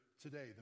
today